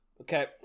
Okay